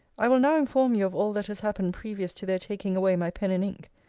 i will now inform you of all that has happened previous to their taking away my pen and ink,